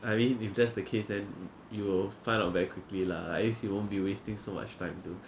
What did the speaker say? I mean if that's the case then you will find out very quickly lah at least you won't be wasting so much time to